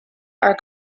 are